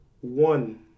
one